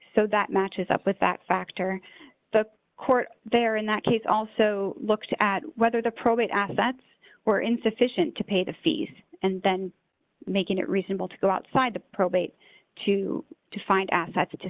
so that matches up with that factor the court there in that case also looked at whether the probate assets were insufficient to pay the fees and then making it reasonable to go outside the probate to find assets to